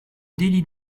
délit